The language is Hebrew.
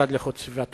שנת הבסיס, שכנראה